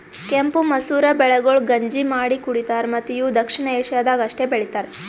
ಕೆಂಪು ಮಸೂರ ಬೆಳೆಗೊಳ್ ಗಂಜಿ ಮಾಡಿ ಕುಡಿತಾರ್ ಮತ್ತ ಇವು ದಕ್ಷಿಣ ಏಷ್ಯಾದಾಗ್ ಅಷ್ಟೆ ಬೆಳಿತಾರ್